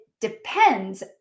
depends